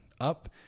up